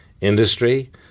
industry